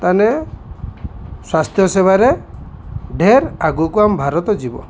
ତାନେ ସ୍ୱାସ୍ଥ୍ୟ ସେବାରେ ଢେର ଆଗକୁ ଆମ ଭାରତ ଯିବ